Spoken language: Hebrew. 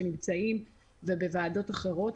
גם בוועדות אחרות,